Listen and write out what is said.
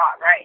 right